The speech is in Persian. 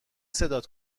صدات